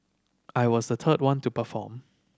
I was the third one to perform